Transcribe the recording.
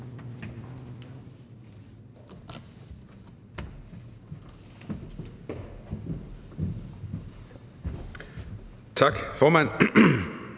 Tak, formand.